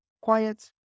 quiet